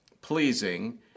pleasing